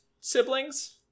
siblings